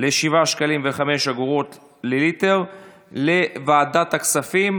ל-7.05 שקלים לליטר לוועדת הכספים.